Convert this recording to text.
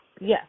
Yes